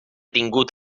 tingut